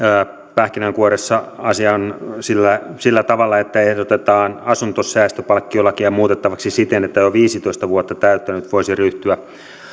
pähkinänkuoressa asia sillä sillä tavalla että ehdotetaan asuntosäästöpalkkiolakia muutettavaksi siten että jo viisitoista vuotta täyttänyt voisi ryhtyä